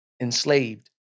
enslaved